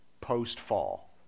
post-fall